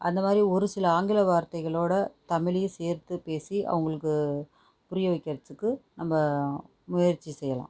அந்த மாதிரி ஒரு சில ஆங்கில வார்த்தைகளோடு தமிழையும் சேர்த்துப் பேசி அவங்களுக்கு புரிய வைக்கிறதுக்கு நம்ம முயற்சி செய்யலாம்